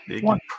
one